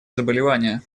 заболевания